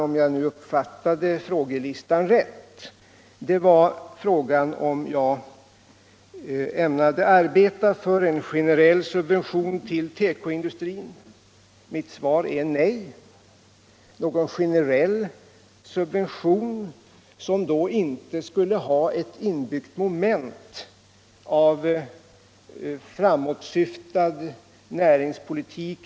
Om jag uppfattade frågelistan rätt var den sista frågan om jag ämnade arbeta för en generell subvention till tekoindustrin. Mitt svar är nej. Någon generell subvention, som i sig inte har inbyggt ett moment av framåtsyftande näringspolitik är inte möjlig.